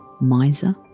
miser